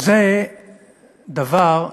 וזה דבר,